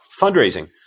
fundraising